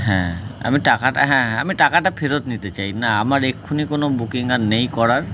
হ্যাঁ আমি টাকাটা হ্যাঁ হ্যাঁ আমি টাকাটা ফেরত নিতে চাই না আমার এক্ষুনি কোনো বুকিং আর নেই করার